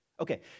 Okay